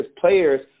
players